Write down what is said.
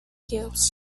cubes